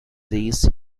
these